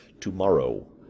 tomorrow